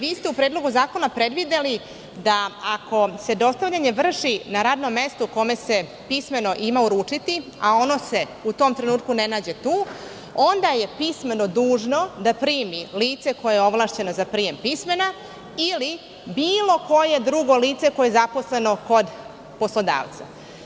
Vi ste u Predlogu zakona predvideli da, ako se dostavljanje vrši na radnom mestu u kome se pismeno ima uručiti, a ono se u tom trenutku ne nađe tu, onda je pismeno dužno da primi lice koje je ovlašćeno za prijem pismena ili bilo koje drugo lice koje je zaposleno kod poslodavca.